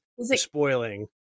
spoiling